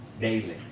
daily